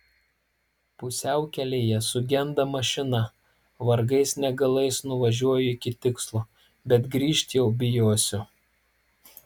pusiaukelėje sugenda mašina vargais negalais nuvažiuoju iki tikslo bet grįžt jau bijosiu